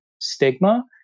stigma